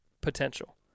potential